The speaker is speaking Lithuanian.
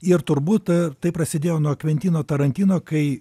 ir turbūt tai prasidėjo nuo kventino tarantino kai